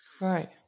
right